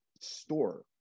store